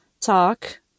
talk